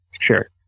Sure